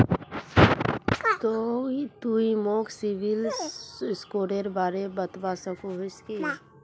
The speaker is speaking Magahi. तुई मोक सिबिल स्कोरेर बारे बतवा सकोहिस कि?